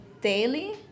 daily